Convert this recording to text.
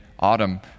autumn